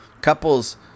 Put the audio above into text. couples